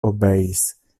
obeis